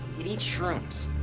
it eats shrooms.